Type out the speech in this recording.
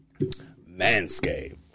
Manscape